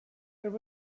there